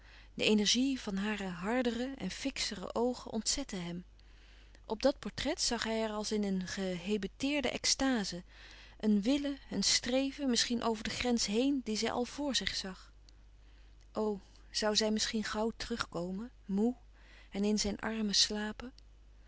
de energie van hare hardere en fixere oogen ontzette hem op dat portret zag hij er als in een gehebeteerde extaze een willen een streven misschien over de grens heen die zij al vr zich zag o zoû zij misschien gauw terug komen moê en in zijn armen slapen